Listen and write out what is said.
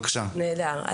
נהדר.